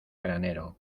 granero